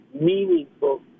meaningful